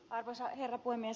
arvoisa herra puhemies